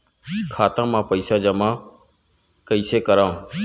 खाता म पईसा जमा कइसे करव?